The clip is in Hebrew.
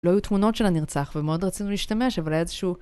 לא היו תמונות של הנרצח, ומאוד רצינו להשתמש אבל היה איזשהו...